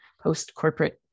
post-corporate